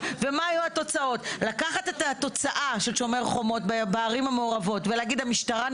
לגבי העניין של מעורבות השר.